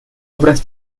obras